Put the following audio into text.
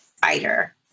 fighter